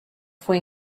fue